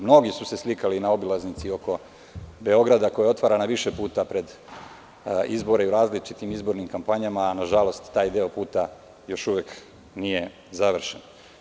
Mnogi su se slikalina obilaznici oko Beograda, koja je otvarana više puta pred izbore i u različitim izbornim kampanjama, a nažalost taj deo puta još uvek nije završen.